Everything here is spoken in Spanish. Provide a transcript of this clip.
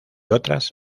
otras